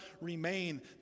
remain